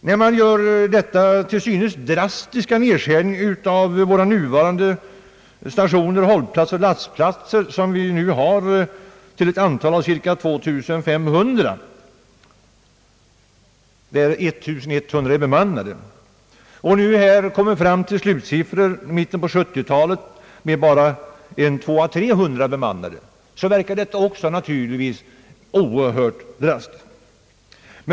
När man gör denna nedskärning av våra nuvarande stationer, hållplatser och lastplatser — som finns till ett antal av cirka 2 500, av vilka 1100 är bemannade — och kommer fram till slutsiffror med i mitten på 1970-talet bara 200—300 bemannade stationer, så verkar detta naturligtvis oerhört drastiskt.